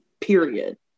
period